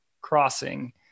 crossing